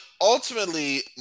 ultimately